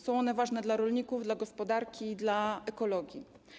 Są one ważne dla rolników, dla gospodarki i dla ekologii.